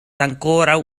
ankoraŭ